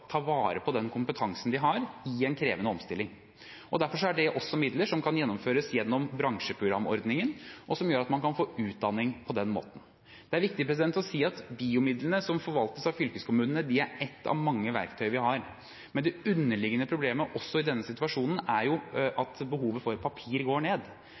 har, i en krevende omstilling. Derfor er det midler for at det kan gjennomføres gjennom bransjeprogramordningen, som gjør at man kan få utdanning på den måten. Det er viktig å si at BIO-midlene, som forvaltes av fylkeskommunene, er et av mange verktøy vi har. Det underliggende problemet, også i denne situasjonen, er at behovet for papir går ned.